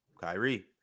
Kyrie